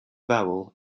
vowel